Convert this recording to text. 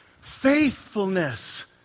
Faithfulness